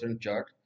chart